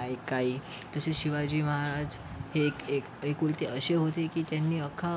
काही काही तसे शिवाजी महाराज हे एक एकुलते असे होते की त्यांनी अख्खा